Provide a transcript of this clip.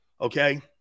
Okay